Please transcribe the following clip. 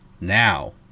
now